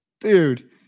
dude